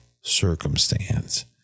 circumstance